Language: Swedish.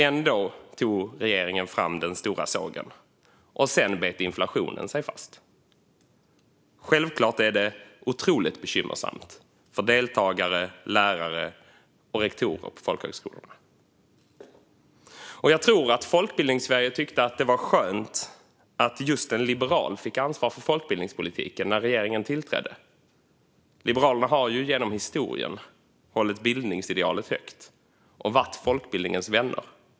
Ändå tog regeringen fram den stora sågen, och sedan bet inflationen sig fast. Självklart är det otroligt bekymmersamt för deltagare, lärare och rektorer på folkhögskolorna. Jag tror att Folkbildningssverige tyckte att det var skönt att just en liberal fick ansvar för folkbildningspolitiken när regeringen tillträdde. Liberalerna har ju genom historien hållit bildningsidealet högt och varit folkbildningens vänner.